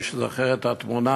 מישהו זוכר את התמונה